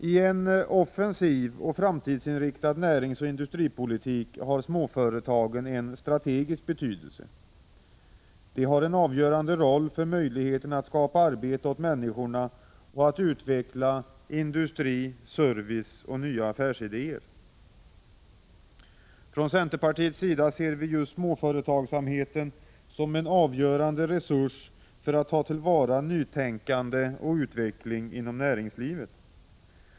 I en offensiv och framtidsinriktad näringsoch industripolitik har småföretagen en strategisk betydelse. De spelar en avgörande roll för möjligheterna att skapa arbete åt människorna och att utveckla industri, service och nya affärsidéer. Från centerpartiets sida ser vi just småföretagsamheten som en avgörande resurs för att ta till vara nytänkande och utveckling inom näringslivet.